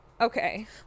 Okay